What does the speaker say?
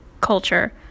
culture